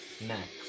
next